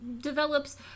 develops